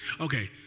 Okay